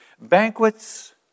Banquets